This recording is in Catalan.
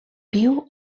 viu